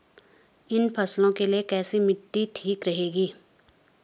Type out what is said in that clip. इन फसलों के लिए कैसी मिट्टी ठीक रहेगी?